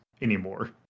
anymore